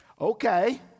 okay